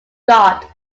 god